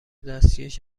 دستکش